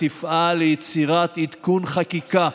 ותפעל ליצירת עדכון חקיקה,